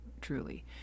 truly